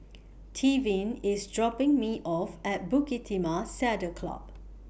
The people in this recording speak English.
Tevin IS dropping Me off At Bukit Timah Saddle Club